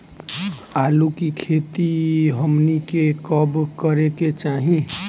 आलू की खेती हमनी के कब करें के चाही?